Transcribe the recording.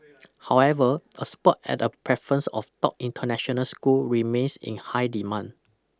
however a spot at a preference of top international school remains in high demand